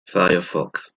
firefox